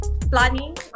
planning